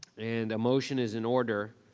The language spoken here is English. and a motion is in order,